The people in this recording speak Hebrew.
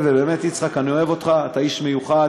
באמת, יצחק, אני אוהב אותך, אתה איש מיוחד